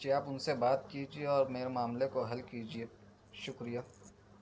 جی آپ ان سے بات کیجیے اور میرے معاملے کو حل کیجیے شکریہ